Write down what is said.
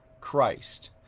Christ